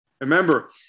Remember